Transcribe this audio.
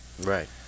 Right